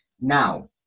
Now